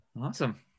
awesome